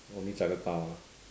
only chinatown ah